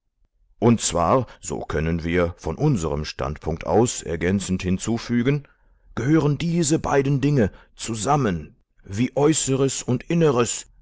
und zwar so können wir von unserem standpunkt aus ergänzend hinzufügen gehören diese beiden dinge zusammen wie äußeres und inneres